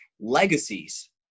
legacies